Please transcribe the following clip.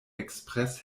express